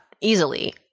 easily